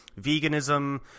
veganism